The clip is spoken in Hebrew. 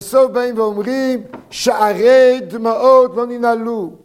בסוף באים ואומרים שערי דמעות לא ננעלו